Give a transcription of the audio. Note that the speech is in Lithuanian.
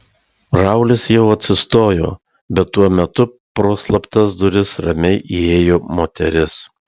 raulis jau atsistojo bet tuo metu pro slaptas duris ramiai įėjo moteris